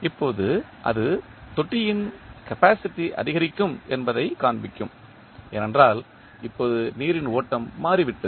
இப்போது அது தொட்டியின் கப்பாசிட்டி அதிகரிக்கும் என்பதைக் காண்பிக்கும் ஏனென்றால் இப்போது நீரின் ஓட்டம் மாறிவிட்டது